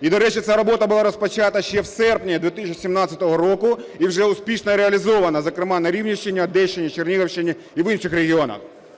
І до речі, ця робота була розпочата ще в серпні 2017 року і вже успішно реалізована, зокрема, на Рівненщині, Одещині, Чернігівщині і в інших регіонах.